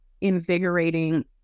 invigorating